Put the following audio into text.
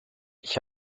ich